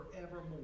forevermore